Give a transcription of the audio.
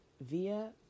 via